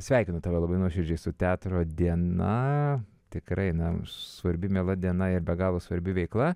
sveikinu tave labai nuoširdžiai su teatro diena tikrai na svarbi miela diena ir be galo svarbi veikla